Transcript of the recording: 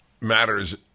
matters